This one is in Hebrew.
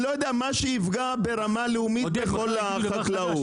אני לא יודע, מה שיפגע ברמה לאומית בכל החקלאות.